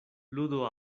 ludo